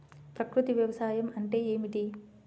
ప్రకృతి వ్యవసాయం అంటే ఏమిటి?